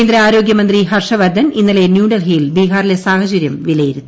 കേന്ദ്ര ആരോഗ്യമന്ത്രി ഹർഷ വർദ്ധൻ ഇന്നലെ ന്യൂഡൽഹിയിൽ ബീഹാറിലെ സാഹചര്യം വിലയിരുത്തി